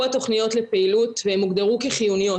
התכניות לפעילות והן הוגדרו כחיוניות.